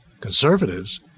Conservatives